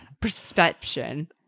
perception